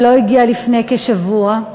ולא הגיעה לפני כשבוע,